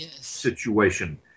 situation